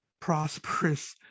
prosperous